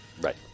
Right